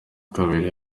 kabiri